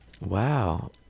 wow